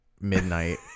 midnight